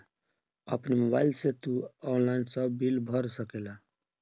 अपनी मोबाइल से तू ऑनलाइन सब बिल भर सकेला